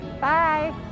Bye